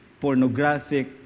pornographic